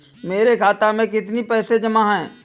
मेरे खाता में कितनी पैसे जमा हैं?